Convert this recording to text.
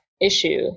issue